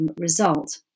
result